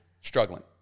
struggling